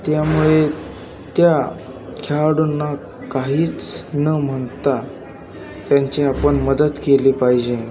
त्यामुळे त्या खेळाडूंना काहीच न म्हणता त्यांची आपण मदत केली पाहिजे